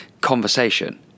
conversation